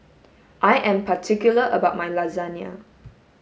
I am particular about my lasagne